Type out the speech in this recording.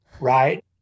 right